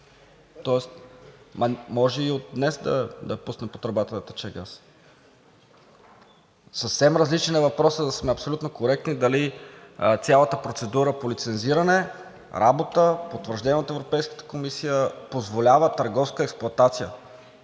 и газ. Може и от днес да пуснем по тръбата да тече газ. Съвсем различен е въпросът, за да сме абсолютно коректни, дали цялата процедура по лицензиране, работа, потвърждение от Европейската комисия позволява търговска експлоатация.